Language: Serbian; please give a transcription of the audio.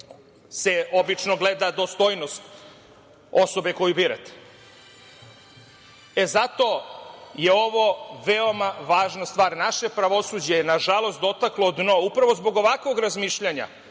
se obično gleda dostojnost osobe koju birate. Zato je ovo veoma važna stvar. Naše pravosuđe je nažalost dotaklo dno i to upravo zbog ovakvog razmišljanja